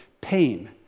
pain